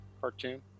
cartoon